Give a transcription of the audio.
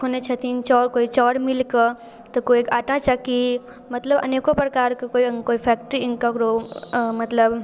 खोलने छथिन चाउर कोइ चाउर मिलके तऽ कोइ आटा चक्की मतलब अनेको प्रकारके कोइ कोइ फैक्ट्री ककरो मतलब